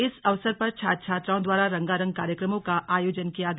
इस अवसर पर छात्र छात्राओं द्वारा रंगारंग कार्यक्रमों का आयोजन किया गया